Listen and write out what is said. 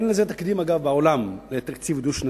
אגב, אין לזה תקדים בעולם, לתקציב דו-שנתי.